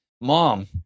Mom